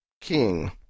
king